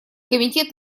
комитет